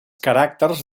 caràcters